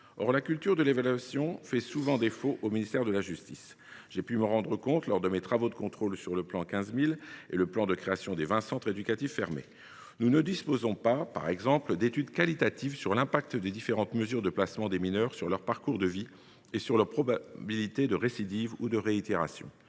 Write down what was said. la culture de l’évaluation fait souvent défaut au ministère de la justice. J’ai pu le constater lors de mes travaux de contrôle sur le « plan 15 000 » et sur le plan de création des vingt centres éducatifs fermés (CEF) : nous ne disposons pas, par exemple, d’études qualitatives sur l’impact des différentes mesures de placement des mineurs sur leur parcours de vie et sur leur probabilité de récidive ou de réitération.